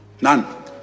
None